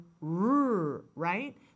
right